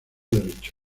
derecho